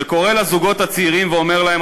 ואומר להם,